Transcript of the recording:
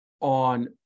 on